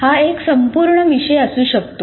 हा एक संपूर्ण विषय असू शकतो